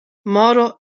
moro